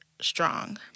strong